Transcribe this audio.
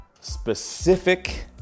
specific